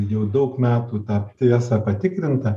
jau daug metų ta tiesa patikrinta